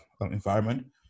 environment